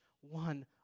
one